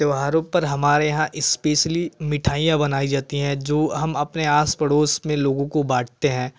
त्यौहारों पर हमारे यहाँ स्पेशली मिठाइयाँ बनाई जाती हैं जो हम अपने आस पड़ोस में लोगों में बांटते हैं